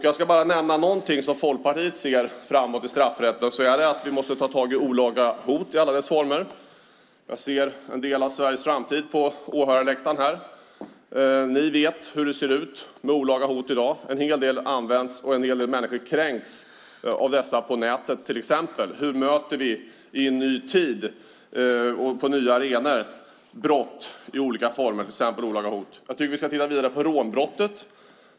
Jag ska bara nämna att om det är någonting som Folkpartiet ser att vi måste göra framöver när det gäller straffrätten, så är det att vi måste ta tag i olaga hot i alla dess former. Jag ser en del av Sveriges framtid på åhörarläktaren här. Ni vet hur det ser ut med olaga hot i dag. En hel del används och en hel del människor kränks av dessa, till exempel på nätet. Hur möter vi i en ny tid och på nya arenor brott i olika former, till exempel olaga hot? Jag tycker att vi ska titta vidare på rånbrottet.